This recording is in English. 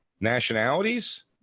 nationalities